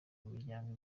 imiryango